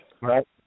Right